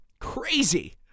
crazy